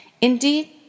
Indeed